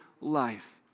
life